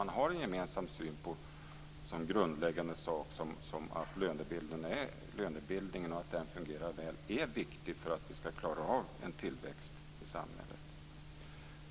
Man har en gemensam syn på en så grundläggande sak som att det är viktigt att lönebildningen fungerar väl för att vi ska klara av en tillväxt i samhället.